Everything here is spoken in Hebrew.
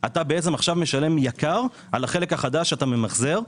אתה משלם עכשיו יקר על החלק החדש שאתה ממחזר,